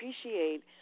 appreciate